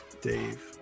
Dave